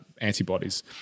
antibodies